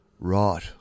Right